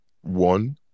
one